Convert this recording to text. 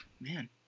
Man